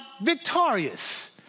victorious